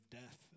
death